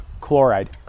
chloride